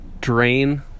drain